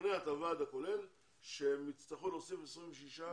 לשכנע את הוועד הכולל שהם יצטרכו להוסיף 26 איש.